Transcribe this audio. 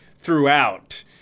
throughout